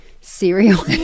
cereal